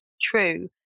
true